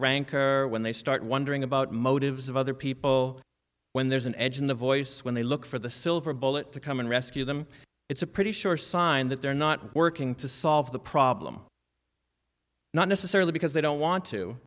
rancor when they start wondering about motives of other people when there's an edge in the voice when they look for the silver bullet to come and rescue them it's a pretty sure sign that they're not working to solve the problem not necessarily because they don't want to